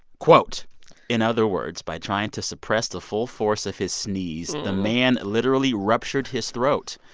quote in other words, by trying to suppress the full force of his sneeze, the man literally ruptured his throat.